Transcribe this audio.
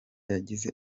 yagize